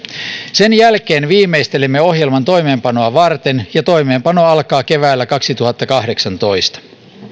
sen jälkeen viimeistelemme ohjelman toimeenpanoa varten ja toimeenpano alkaa keväällä kaksituhattakahdeksantoista